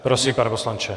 Prosím, pane poslanče.